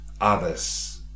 others